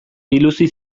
biluzi